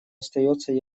остается